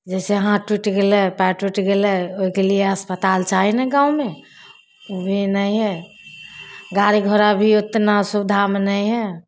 जइसे हाथ टुटि गेलै पाएर टुटि गेलै ओहिके लिए अस्पताल चाही ने गाममे ओ भी नहि हइ गाड़ी घोड़ा भी ओतना सुविधामे नहि हइ